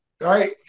right